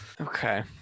Okay